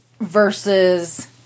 versus